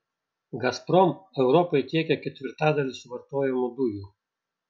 gazprom europai tiekia ketvirtadalį suvartojamų dujų